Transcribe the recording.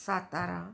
Satara